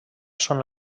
són